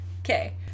Okay